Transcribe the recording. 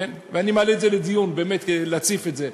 ואני מעלה את זה לדיון באמת כדי להציף את זה,